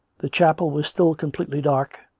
the chapel was still completely dark,